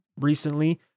recently